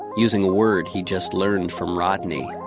using a word he'd just learned from rodney.